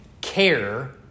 care